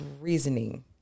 reasoning